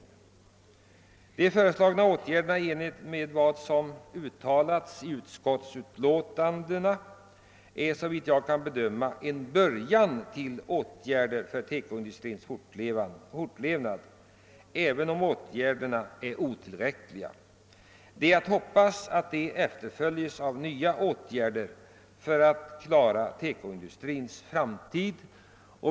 De föreslagna åtgärderna är i enlighet med vad som uttalades i utskotts utlåtandena såvitt jag kan bedöma en början till åtgärder för TEKO-industrins fortlevnad, även om åtgärderna är otillräckliga. Det är att hoppas att de efterföljs av nya åtgärder för att klara TEKO-industrins framtid.